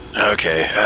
Okay